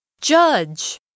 Judge